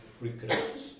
regrets